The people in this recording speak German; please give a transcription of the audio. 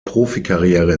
profikarriere